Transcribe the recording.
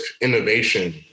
innovation